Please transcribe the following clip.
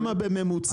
מה הבעיה?